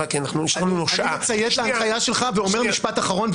אני מציית להנחיה שלך ואומר משפט אחרון,